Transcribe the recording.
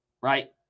right